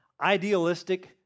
idealistic